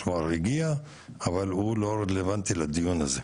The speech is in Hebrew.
כלומר הגיע אבל הוא לא רלוונטי לדיון הזה.